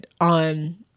on